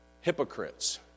hypocrites